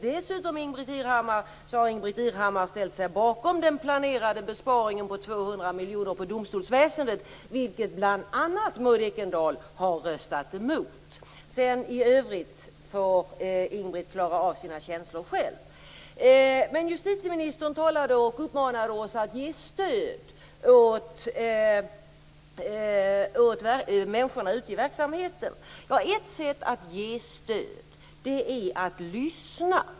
Dessutom har Ingbritt Irhammar ställt sig bakom den planerade besparingen på 200 miljoner på domstolsväsendet, vilket bl.a. Irhammar klara av sina känslor själv. Justitieministern uppmanade oss att ge stöd åt människorna ute i verksamheten. Ett sätt att ge stöd är att lyssna.